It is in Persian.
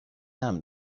امن